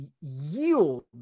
yield